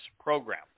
program